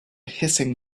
hissing